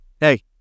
hey